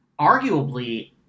arguably